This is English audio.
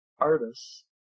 artists